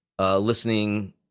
listening